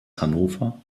hannover